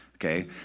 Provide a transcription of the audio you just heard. Okay